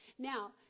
Now